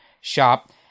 shop